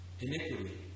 iniquity